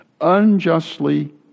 unjustly